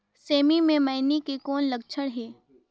सेमी मे मईनी के कौन लक्षण हे?